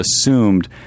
assumed